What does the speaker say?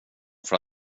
från